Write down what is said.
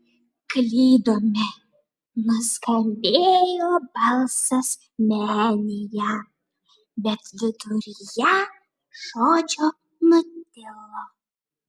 klydome nuskambėjo balsas menėje bet viduryje žodžio nutilo